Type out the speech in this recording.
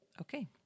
Okay